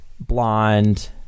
blonde